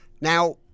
Now